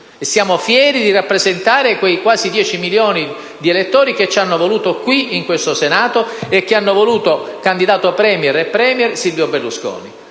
Siamo fieri di rappresentare quei quasi 10 milioni di elettori che ci hanno voluto in questo Senato ed hanno voluto candidato *premier* e *premier* Silvio Berlusconi.